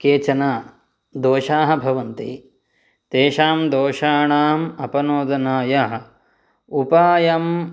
केचन दोषाः भवन्ति तेषां दोषाणाम् अपनोदनायाः उपायं